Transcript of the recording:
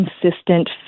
consistent